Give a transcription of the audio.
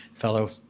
fellow